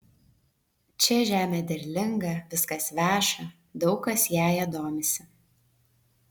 čia žemė derlinga viskas veša daug kas jąja domisi